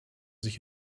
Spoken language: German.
sich